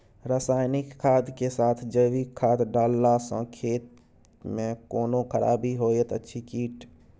रसायनिक खाद के साथ जैविक खाद डालला सॅ खेत मे कोनो खराबी होयत अछि कीट?